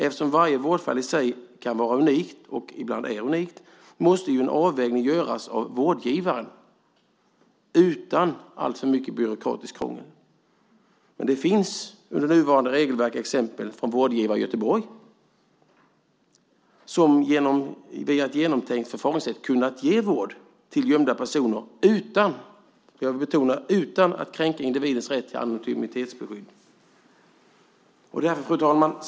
Eftersom varje vårdfall i sig kan vara unikt och ibland är unikt måste en avvägning göras av vårdgivaren utan alltför mycket byråkratiskt krångel. Det finns med nuvarande regelverk exempel på vårdgivare i Göteborg som via ett genomtänkt förfaringssätt kunnat ge vård till gömda personer utan att, och det vill jag betona, kränka individens rätt till anonymitetsskydd. Fru talman!